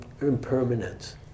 impermanence